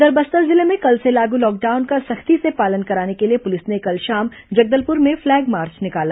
उधर बस्तर जिले में कल से लागू लॉकडाउन का सख्ती से पालन कराने के लिए पुलिस ने कल शाम जगदलपुर में फ्लैग मार्च निकाला